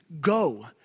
go